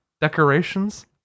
Decorations